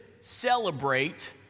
celebrate